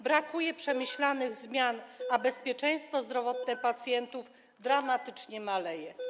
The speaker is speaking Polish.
Brakuje przemyślanych zmian, a bezpieczeństwo zdrowotne pacjentów dramatycznie maleje.